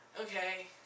okay